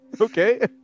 Okay